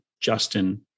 Justin